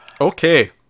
Okay